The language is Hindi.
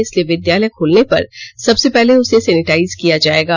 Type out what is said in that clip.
इसलिए विद्यालय खुलने पर सबसे पहसे उसे सैनिटाइज किया जाएगा